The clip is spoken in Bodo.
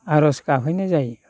आरज गाबहैनाय जायो